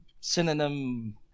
synonym